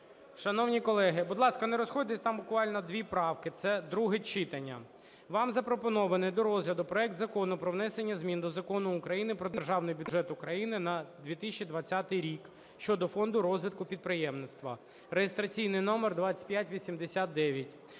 Шановні колеги, будь ласка, не розходьтеся, там буквально дві правки, це друге читання. Вам запропонований до розгляду проект Закону про внесення змін до Закону України "Про Державний бюджет України на 2020 рік" щодо Фонду розвитку підприємництва (реєстраційний номер 2589).